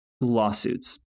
lawsuits